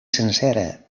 sencera